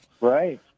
Right